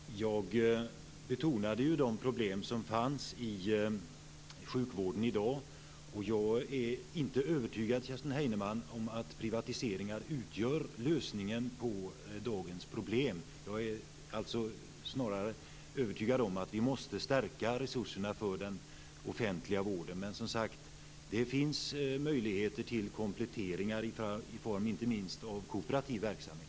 Fru talman! Jag betonade de problem som finns i sjukvården i dag. Jag är inte övertygad, Kerstin Heinemann, om att privatiseringar utgör lösningen på dagens problem. Jag är snarare övertygad om att vi måste stärka resurserna för den offentliga vården. Det finns möjligheter till kompletteringar inte minst av kooperativ verksamhet.